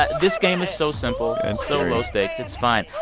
ah this game is so simple and so low stakes. it's fine.